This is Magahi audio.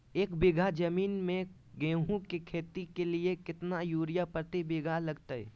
एक बिघा जमीन में गेहूं के खेती के लिए कितना यूरिया प्रति बीघा लगतय?